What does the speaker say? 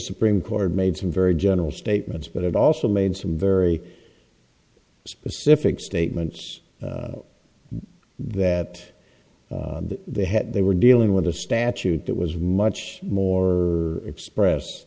supreme court made some very general statements but it also made some very specific statements that they had they were dealing with a statute that was much more expressed